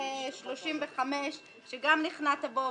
הסעיפים התקבלו.